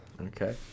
okay